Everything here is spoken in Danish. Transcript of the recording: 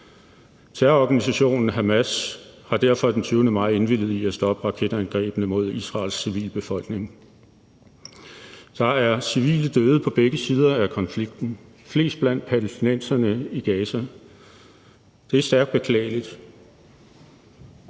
Terrororganisationen Hamas har derfor den 20. maj indvilliget i at stoppe raketangrebene mod Israels civilbefolkning. Der er civile døde på begge sider af konflikten, flest blandt palæstinenserne i Gaza, og det er stærkt beklageligt.